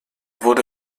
wurde